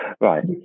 Right